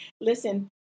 Listen